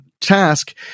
task